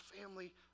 family